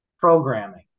Programming